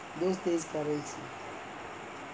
those days currency